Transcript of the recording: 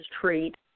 treat